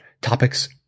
topics